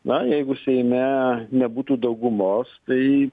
na jeigu seime nebūtų daugumos tai